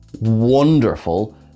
wonderful